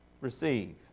receive